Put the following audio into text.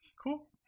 cool